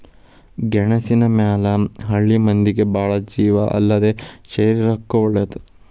ಗೆಣಸಿನ ಮ್ಯಾಲ ಹಳ್ಳಿ ಮಂದಿ ಬಾಳ ಜೇವ ಅಲ್ಲದೇ ಶರೇರಕ್ಕೂ ವಳೇದ